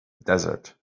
desert